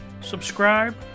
subscribe